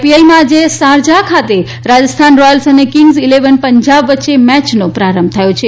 IPL આઇપીએલમાં આજે Sharjah ખાતે રાજસ્થાન રોયલ્સ અને કિંગ્સ ઇલેવન પંજાબ વચ્ચે મેચનો પ્રારંભ થયો છે